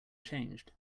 changed